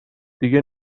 دیگه